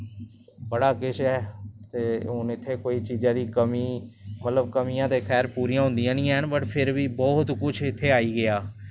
बड़ा किश ऐ ते हून इत्थें कोई चीजा दी कमी मतलव कमियां ते खैर पूरियां होंदियां नी हैन बट फिर बी बहुत कुछ इत्थें आई गेआ ऐ